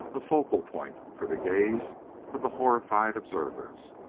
a focal point for the gaze of the horrified observers,